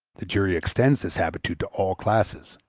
the jury extends this habitude to all classes.